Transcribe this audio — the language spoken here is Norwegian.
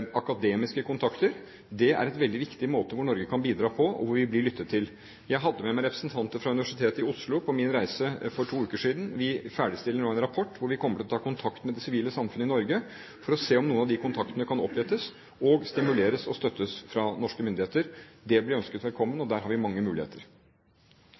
og akademiske kontakter er en veldig viktig måte, hvor Norge kan bidra, og hvor vi blir lyttet til. Jeg hadde med meg representanter fra Universitetet i Oslo på min reise for to uker siden. Vi ferdigstiller nå en rapport, og vi kommer til å ta kontakt med det sivile samfunn i Norge for å se om noen av disse kontaktene kan opprettes, og stimuleres og støttes av norske myndigheter. Det blir ønsket velkommen, og der har vi mange muligheter.